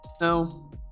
no